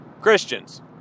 Christians